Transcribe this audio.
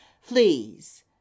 Fleas